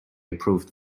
approved